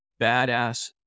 badass